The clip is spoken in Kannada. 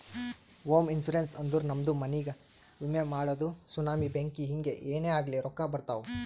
ಹೋಮ ಇನ್ಸೂರೆನ್ಸ್ ಅಂದುರ್ ನಮ್ದು ಮನಿಗ್ಗ ವಿಮೆ ಮಾಡದು ಸುನಾಮಿ, ಬೆಂಕಿ ಹಿಂಗೆ ಏನೇ ಆಗ್ಲಿ ರೊಕ್ಕಾ ಬರ್ತಾವ್